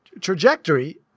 trajectory